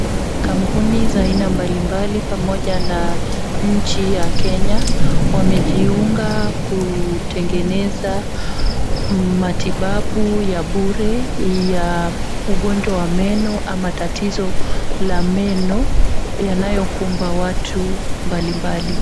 Kampuni za aina mbalimbali pamoja na nchi ya Kenya, wamejiunga kutengeneza matibabu ya bure ya ugonjwa wa meno ama tatizo la meno, yanayokumba watu mbalimbali.